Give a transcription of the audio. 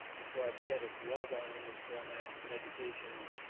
before i forget, if we are going in this format with education,